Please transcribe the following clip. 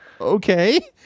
Okay